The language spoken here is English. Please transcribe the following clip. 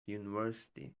university